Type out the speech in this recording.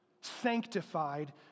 Sanctified